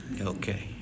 Okay